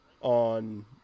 on